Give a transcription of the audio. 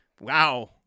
Wow